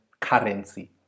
currency